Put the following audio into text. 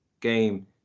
game